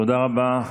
תודה רבה.